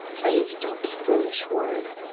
please don't be foolish, warren!